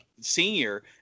senior